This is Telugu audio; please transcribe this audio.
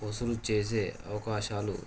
వసూలు చేసే అవకాశాలు